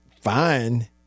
fine